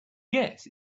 yes